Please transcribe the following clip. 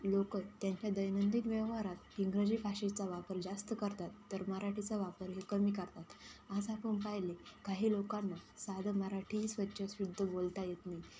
लोकं त्यांच्या दैनंदिन व्यवहारात इंग्रजी भाषेचा वापर जास्त करतात तर मराठीचा वापर हे कमी करतात आज आपण पाहिले काही लोकांना साधं मराठी ही स्वच्छ शुद्ध बोलता येत नाही